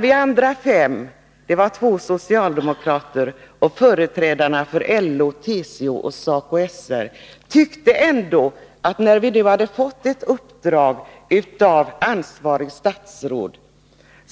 Vi andra fem — två socialdemokrater och företrädarna för LO, TCO och SACO/SR -— tyckte att det, när vi hade fått ett uppdrag av ansvarigt statsråd,